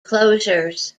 closures